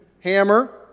hammer